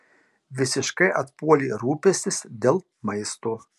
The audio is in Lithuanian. visiškai atpuolė rūpestis dėl maisto